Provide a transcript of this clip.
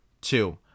Two